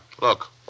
Look